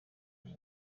wari